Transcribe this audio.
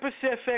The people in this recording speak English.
Pacific